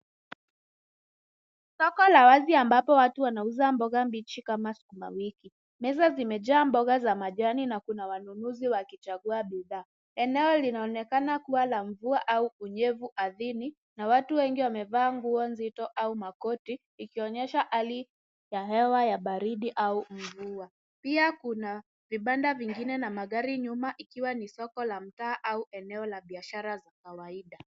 Soko la wazi ambapo watu wanauza mboga mbichi kama sukumawiki. Meza zimejaa mboga za majani na kuna wanunuzi wakichagua bidhaa. Eneo linaonekana kuwa la mvua au unyevu adhini na watu wengi wamevaa nguo nzito au makoti, ikionyesha hali ya hewa ya baridi au mvua. Pia kuna vibanda vingine na magari nyuma ikiwa ni soko la mtaa au eneo la biashara za kawaida.